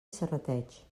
serrateix